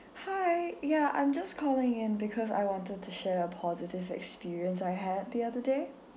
hi ya I'm just calling in because I wanted to share a positive experience I had the other day